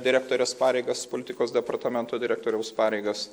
direktorės pareigas politikos departamento direktoriaus pareigas